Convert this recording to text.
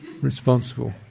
Responsible